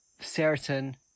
certain